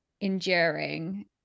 enduring